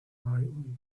brightly